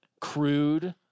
crude